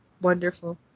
wonderful